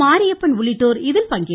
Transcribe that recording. மாரியப்பன் உள்ளிட்டோர் இதில் பங்கேற்றனர்